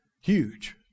Huge